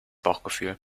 bauchgefühl